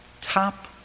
Top